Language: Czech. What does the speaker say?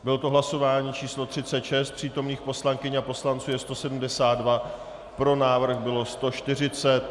Bylo to hlasování číslo 36, přítomných poslankyň a poslanců je 172, pro návrh bylo 140.